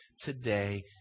today